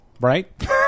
Right